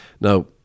Now